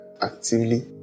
actively